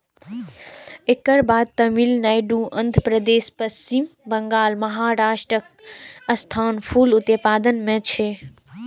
एकर बाद तमिलनाडु, आंध्रप्रदेश, पश्चिम बंगाल, महाराष्ट्रक स्थान फूल उत्पादन मे छै